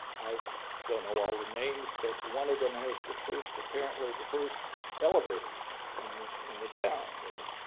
i don't know all the names, but one of them is the first apparently the first elevator in the in the town in an